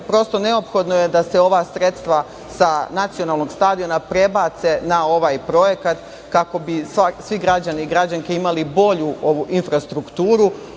gradovi. Neophodno je da se ova sredstva sa nacionalnog stadiona prebace na ovaj projekat kako bi svi građani i građanke imali bolju infrastrukturu,